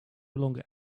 longer